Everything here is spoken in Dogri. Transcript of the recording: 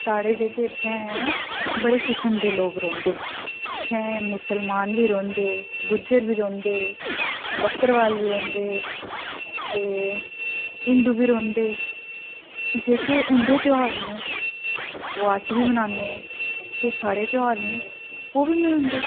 साढ़े जेह्के इत्थें बड़े किसम दे लोक रौंह्दे इत्थें मुस्लमान बी रौंह्दे गुज्जर बी रौंह्दे बक्करबाल बी रौंह्दे ते हिंदू बी रौंह्दे जेह्के उं'दे त्यहार न ओह् अस बी मनानें ते साढ़े त्यहार न ओह् बी मनांदे